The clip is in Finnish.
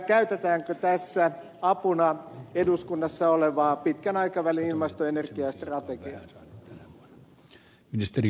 käytetäänkö tässä apuna eduskunnassa olevaa pitkän aikavälin ilmasto ja energiastrategiaa